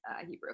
Hebrew